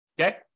Okay